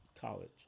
college